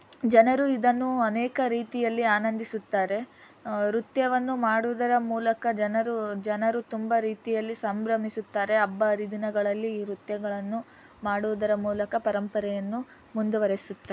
ಜನರು ಇದನ್ನು ಅನೇಕ ರೀತಿಯಲ್ಲಿ ಆನಂದಿಸುತ್ತಾರೆ ನೃತ್ಯವನ್ನು ಮಾಡುವುದರ ಮೂಲಕ ಜನರು ಜನರು ತುಂಬ ರೀತಿಯಲ್ಲಿ ಸಂಭ್ರಮಿಸುತ್ತಾರೆ ಹಬ್ಬ ಹರಿದಿನಗಳಲ್ಲಿ ಈ ನೃತ್ಯಗಳನ್ನು ಮಾಡುವುದರ ಮೂಲಕ ಪರಂಪರೆಯನ್ನು ಮುಂದುವರೆಸುತ್ತಾ